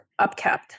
upkept